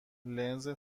لنز